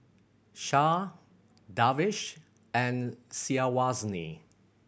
Shah Darwish and Syazwani